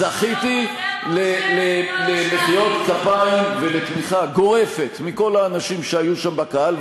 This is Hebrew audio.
זכיתי למחיאות כפיים ולתמיכה גורפת מכל האנשים שהיו שם בקהל,